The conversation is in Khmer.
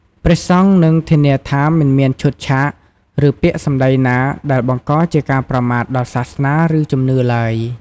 ព្រះសង្ឃនឹង ធានាថាមិនមានឈុតឆាក ឬពាក្យសម្ដីណាដែលបង្កជាការប្រមាថដល់សាសនា ឬជំនឿ ឡើយ។